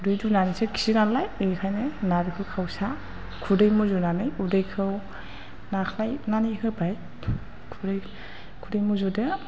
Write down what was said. उदै दुनानैसो खियो नालाय बेनिखायनो नारेंखल खावसा खुदै मुजुनानै उदैखौ नाख्लायनानै होबाय खुदै मुजुदो